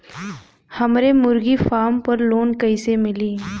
हमरे मुर्गी फार्म पर लोन कइसे मिली?